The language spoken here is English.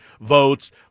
votes